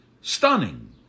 stunning